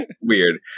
weird